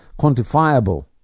quantifiable